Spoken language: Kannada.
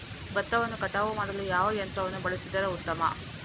ಭತ್ತವನ್ನು ಕಟಾವು ಮಾಡಲು ಯಾವ ಯಂತ್ರವನ್ನು ಬಳಸಿದರೆ ಉತ್ತಮ?